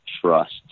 trust